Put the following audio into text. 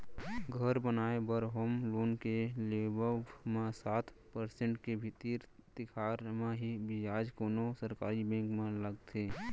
घर बनाए बर होम लोन के लेवब म सात परसेंट के तीर तिखार म ही बियाज कोनो सरकारी बेंक म लगथे